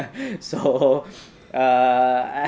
so uh I